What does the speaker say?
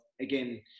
again